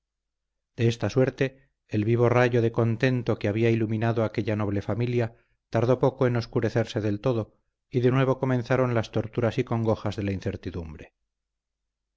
de esta suerte el vivo rayo de contento que había iluminado aquella noble familia tardó poco en oscurecerse del todo y de nuevo comenzaron las torturas y congojas de la incertidumbre